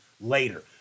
later